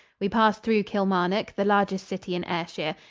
we passed through kilmarnock, the largest city in ayrshire.